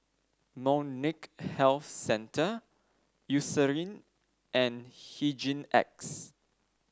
molnylcke health centre Eucerin and Hygin X